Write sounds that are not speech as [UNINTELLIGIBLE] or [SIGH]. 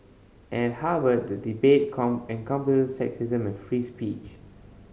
and Harvard the debate [UNINTELLIGIBLE] encompasses sexism and free speech